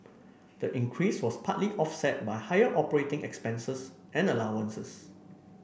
the increase was partly offset by higher operating expenses and allowances